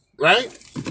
right